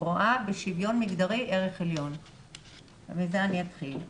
רואה בשוויון מגדרי ערך עליון ובזה אני אתחיל.